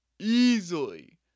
Easily